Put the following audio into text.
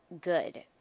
good